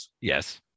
Yes